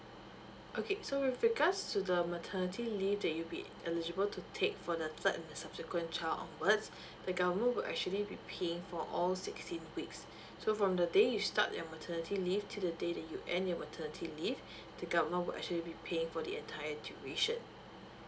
okay so with regards to the maternity leave that you be eligible to take for the third and subsequent child onwards the government will actually be paying for all sixteen weeks so from the day you start your maternity leave till the day that you end you maternity leave the government will actually be paying for the entire duration